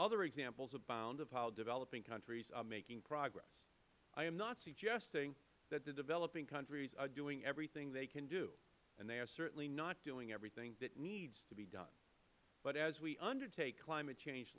other examples abound of how developing countries are making progress i am not suggesting that the developing countries are doing everything they can do and they are certainly not doing everything that needs to be done but as we undertake climate change